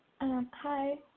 Hi